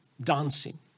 dancing